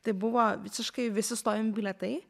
tai buvo visiškai visi stovimi bilietai